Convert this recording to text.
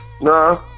Nah